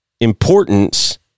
importance